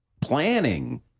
planning